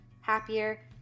happier